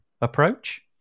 approach